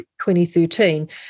2013